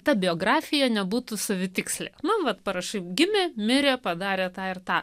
ta biografija nebūtų savitikslė mano kad parašai gimė mirė padarė tą ir tą